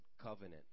covenant